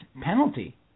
penalty